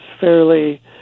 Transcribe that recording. fairly